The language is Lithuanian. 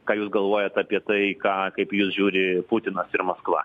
ką jūs galvojat apie tai ką kaip į jus žiūri putinas ir maskva